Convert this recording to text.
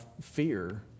fear